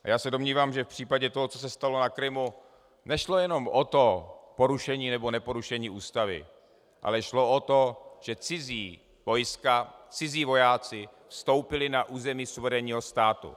A já se domnívám, že v případě toho, co se stalo na Krymu, nešlo jenom o to porušení nebo neporušení ústavy, ale šlo o to, že cizí vojska, cizí vojáci vstoupili na území suverénního státu.